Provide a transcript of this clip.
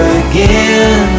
again